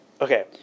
okay